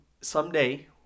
Someday